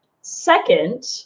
Second